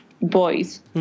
boys